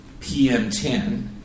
PM10